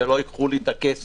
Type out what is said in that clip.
שלא ייקחו לי את הכסף,